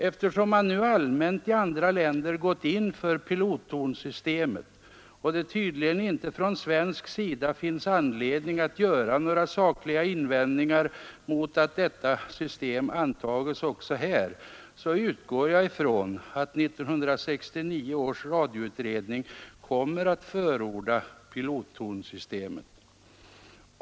Eftersom man nu allmänt i andra länder gått in för pilottonsystemet och det tydligen inte från svensk sida finns anledning att göra några sakliga invändningar mot att detta system antages också här, så utgår jag från att 1969 års radioutredning kommer att förorda pilottonsystemet.